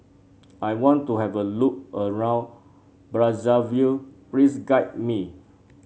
I want to have a look around Brazzaville please guide me